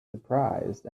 surprised